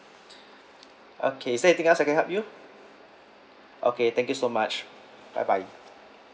okay is there anything else I can help you okay thank you so much bye bye